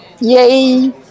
Yay